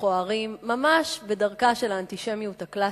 מכוערים, ממש בדרכה של האנטישמיות הקלאסית,